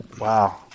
Wow